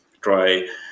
try